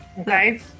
Okay